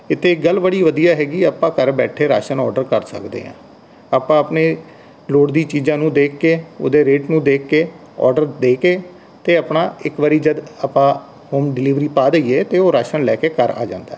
ਇੱਥੇ ਗੱਲ ਬੜੀ ਵਧਿਆ ਹੈਗੀ ਆਪਾਂ ਘਰ ਬੈਠੇ ਰਾਸ਼ਨ ਓਡਰ ਕਰ ਸਕਦੇ ਹਾਂ ਆਪਾਂ ਆਪਣੇ ਲੋੜ ਦੀ ਚੀਜ਼ਾਂ ਨੂੰ ਦੇਖ ਕੇ ਉਹਦੇ ਰੇਟ ਨੂੰ ਦੇਖ ਕੇ ਓਡਰ ਦੇ ਕੇ ਅਤੇ ਆਪਣਾ ਇੱਕ ਵਾਰੀ ਜਦ ਆਪਾਂ ਹੋਮ ਡਿਲੀਵਰੀ ਪਾ ਦਈਏ ਤਾਂ ਉਹ ਰਾਸ਼ਨ ਲੈ ਕੇ ਘਰ ਆ ਜਾਂਦਾ ਹੈ